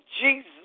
Jesus